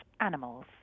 animals